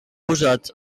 posats